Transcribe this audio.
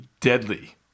deadly